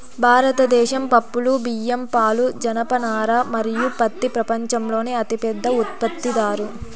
భారతదేశం పప్పులు, బియ్యం, పాలు, జనపనార మరియు పత్తి ప్రపంచంలోనే అతిపెద్ద ఉత్పత్తిదారు